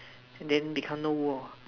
and then become no war